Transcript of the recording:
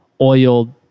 oiled